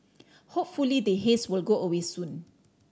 hopefully the haze will go away soon